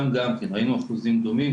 ראינו שם אחוזים דומים,